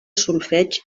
solfeig